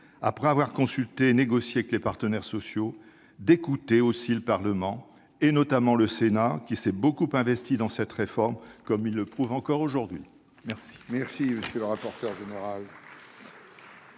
après avoir consulté et négocié avec les partenaires sociaux, d'écouter aussi le Parlement, notamment le Sénat, qui s'est beaucoup investi dans cette réforme. La parole est à M.